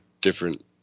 different